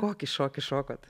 kokį šokį šokot